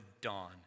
dawn